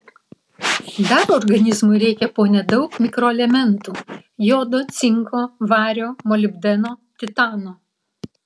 dar organizmui reikia po nedaug mikroelementų jodo cinko vario molibdeno titano